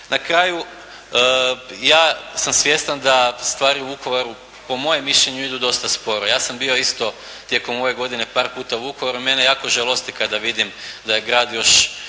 Na kraju, ja sam svjestan da stvari u Vukovaru, po mojem mišljenju idu dosta sporo. Ja sam bio isto tijekom ove godine par puta u Vukovaru, mene jako žalosti kada vidim da je grad još